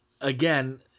again